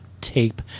Tape